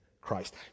Christ